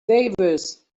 davis